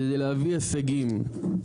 כדי להביא הישגים,